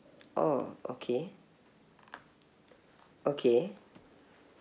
oh okay okay